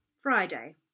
Friday